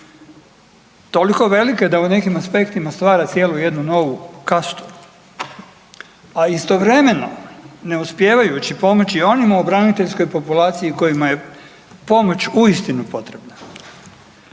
toliko velike da u nekim aspektima stvara jednu novu kastu a istovremeno ne uspijevajući pomoći onima u braniteljskoj populaciji kojima je pomoć uistinu potrebna.